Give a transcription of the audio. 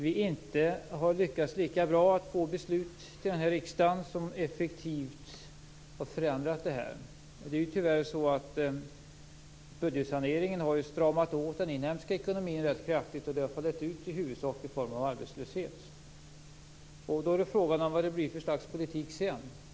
Vi har inte lyckats lika bra att få beslut i den här riksdagen som effektivt har förändrat den situationen. Budgetsaneringen har tyvärr stramat åt den inhemska ekonomin rätt kraftigt och det har i huvudsak fallit ut i form av arbetslöshet. Då är frågan vad det blir för slags politik sedan.